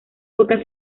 pocas